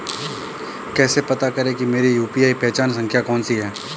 कैसे पता करें कि मेरी यू.पी.आई पहचान संख्या कौनसी है?